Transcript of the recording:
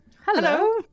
Hello